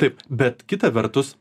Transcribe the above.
taip bet kita vertus